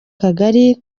kagali